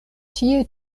tie